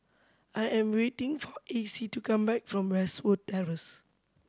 I am waiting for Acy to come back from Westwood Terrace